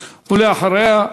ואחריה,